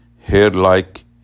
hair-like